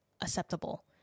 acceptable